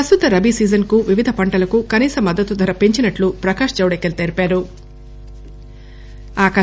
ప్రస్తుత రబీ సీజన్ కు వివిధ పంటలకు కనీస మద్దతు ధర పెంచినట్లు ప్రకాశ్ జవదేకర్ తెలిపారు